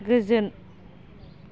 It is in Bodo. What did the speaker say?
गोजोन